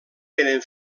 tenen